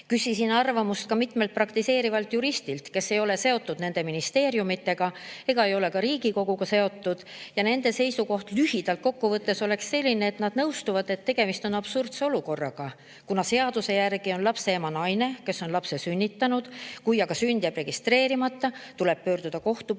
Küsisin arvamust ka mitmelt praktiseerivalt juristilt, kes ei ole seotud nende ministeeriumidega ega ole seotud ka Riigikoguga. Nende seisukoht lühidalt kokku võttes on selline, et nad nõustuvad, et tegemist on absurdse olukorraga. Seaduse järgi on lapse ema naine, kes on lapse sünnitanud, kui aga sünd jääb registreerimata, tuleb pöörduda kohtu poole